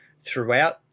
throughout